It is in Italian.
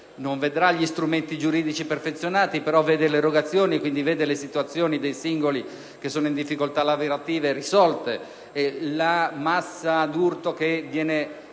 non vedrà strumenti giuridici perfezionati, però vede le erogazioni: quindi le situazioni dei singoli che sono in difficoltà alla fine vengono risolte); la massa d'urto che viene